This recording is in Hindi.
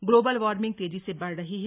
ग्लोबल वार्मिंग तेजी से बढ़ रही है